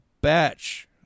batch